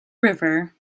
river